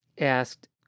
asked